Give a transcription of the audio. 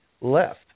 left